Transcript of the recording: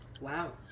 Wow